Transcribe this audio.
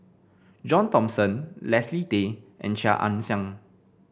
John Thomson Leslie Tay and Chia Ann Siang